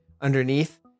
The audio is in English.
underneath